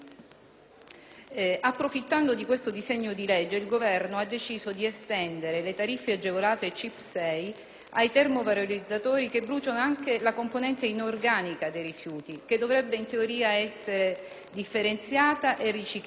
Approfittando di questo disegno di legge, il Governo ha deciso di estendere le tariffe agevolate CIP6 ai termovalorizzatori, nei quali viene bruciata anche la componente inorganica dei rifiuti (che dovrebbe in teoria essere differenziata e riciclata)